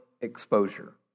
exposure